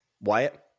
Wyatt